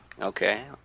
okay